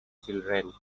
children